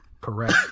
correct